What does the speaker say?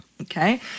okay